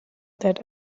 that